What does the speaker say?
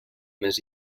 més